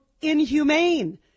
inhumane